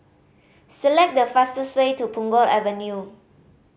select the fastest way to Punggol Avenue